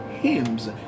hymns